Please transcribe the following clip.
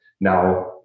now